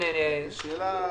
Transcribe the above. הצבעה בעד,